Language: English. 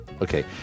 Okay